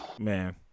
Man